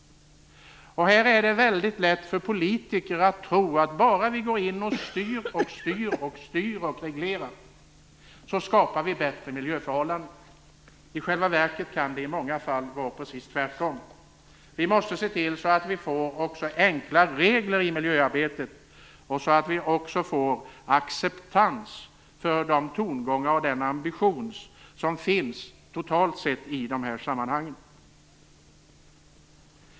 Här är det väldigt lätt för politiker att tro att bara vi går in och styr och reglerar så skapar vi bättre miljöförhållanden. I själva verket kan det i många fall vara precis tvärtom. Vi måste se till att vi får enkla regler i miljöarbetet och att vi får acceptans för de tongångar och den ambition som finns, totalt sett, i de här sammanhangen.